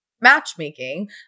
matchmaking